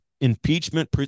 impeachment